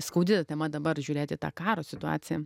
skaudi tema dabar žiūrėt į tą karo situaciją